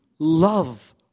Love